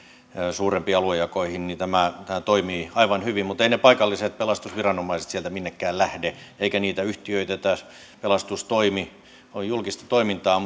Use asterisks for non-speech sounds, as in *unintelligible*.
suurempiin aluejakoihin tämä tämä toimii aivan hyvin mutta eivät ne paikalliset pelastusviranomaiset sieltä minnekään lähde eikä niitä yhtiöitetä pelastustoimi on julkista toimintaa *unintelligible*